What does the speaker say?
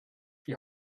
die